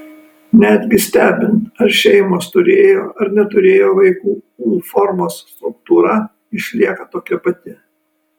netgi stebint ar šeimos turėjo ar neturėjo vaikų u formos struktūra išlieka tokia pati